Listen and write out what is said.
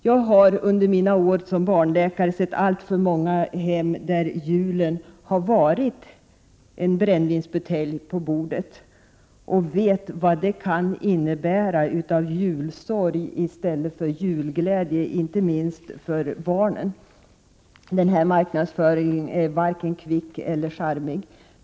Jag har under mina år som barnläkare sett alltför många hem där julen varit en brännvinsbutelj på bordet, och jag vet vad det kan innebära av julsorg i stället för julglädje, inte minst för barnen. Den här marknadsföringen är varken kvick eller charmig.